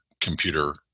computer